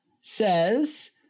says